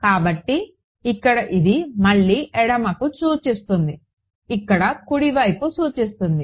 కాబట్టి ఇక్కడ ఇది మళ్లీ ఎడమకు సూచిస్తుంది ఇక్కడ కుడి వైపు సూచిస్తుంది